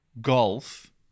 golf